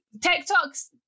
TikTok's